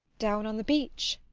down on the beach?